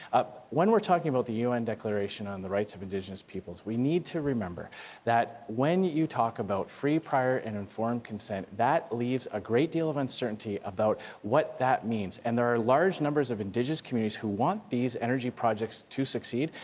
ah when we're talking about the u n. declaration on the rights of indigenous peoples, we need to remember that when you talk about free, prior and informed consent, that leaves a great deal of uncertainty about what that means. and there are large numbers of indigenous communities who want these energy projects to succeed,